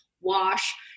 wash